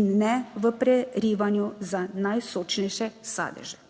in ne v prerivanju za najsočnejše sadeže.